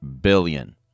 billion